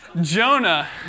Jonah